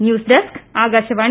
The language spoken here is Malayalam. news desk Akashvani